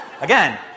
again